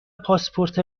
پاسپورت